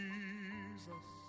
Jesus